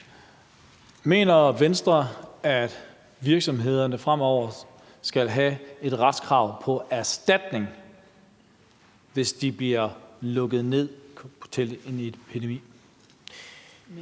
Mener Venstre, at virksomhederne fremover skal have et retskrav påerstatning, hvis de bliver lukket ned i forbindelse med en epidemi?